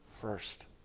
first